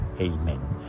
amen